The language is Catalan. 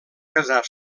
casar